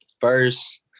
first